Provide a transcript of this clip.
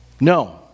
No